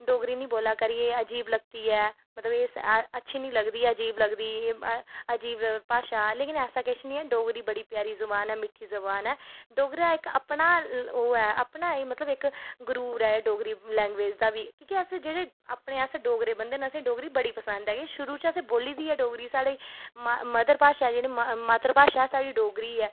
डोगरी नी बोल्ला कर एह् अजीव लगती है मतलव एह् अटच्छी नी लगदी ऐ अजीव लगदी अजीव भाशा ऐ लेकिन ऐसा कुश नी ऐ डोगरी बड़ी प्यारी जुवान ऐ मिट्ठी जवीन ऐ डोगरा इक अपना ओह् ऐ मतलव अपना गरूर ऐ अपना डोगरी लैंगवेज दा बी की के अपने जदेह्ड़े डोगरे बंद न असेंगी डोगरी बड़ी पसंद ऐ शुरु चा दा असैं बोल्ली दी गै डोगरी असैं मात्तर भाशा गै साढ़ी डोगरी ऐ